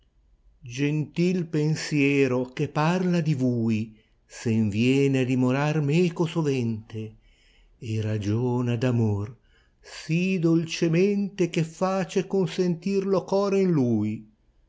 tentil pensiero che parla di vni sen viene a dimorar meco sovente e ragiona d'amor si dolcemente che face consentir lo core in lui